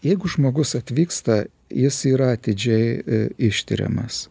jeigu žmogus atvyksta jis yra atidžiai ištiriamas